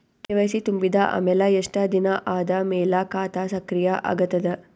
KYC ತುಂಬಿದ ಅಮೆಲ ಎಷ್ಟ ದಿನ ಆದ ಮೇಲ ಖಾತಾ ಸಕ್ರಿಯ ಅಗತದ?